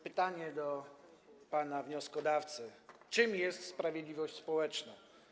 Pytanie do pana wnioskodawcy: Czym jest sprawiedliwość społeczna?